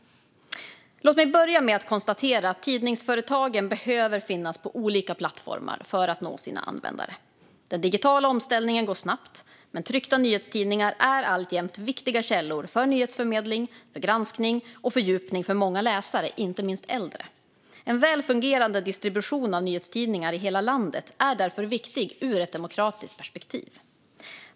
Låt mig börja med att konstatera att tidningsföretagen behöver finnas på olika plattformar för att nå sina användare. Den digitala omställningen går snabbt, men tryckta nyhetstidningar är alltjämt viktiga källor för nyhetsförmedling, granskning och fördjupning för många läsare, inte minst äldre. En väl fungerande distribution av nyhetstidningar i hela landet är därför viktig ur ett demokratiskt perspektiv.